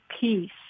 peace